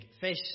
fish